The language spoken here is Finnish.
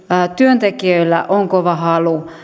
työntekijöillä on kova halu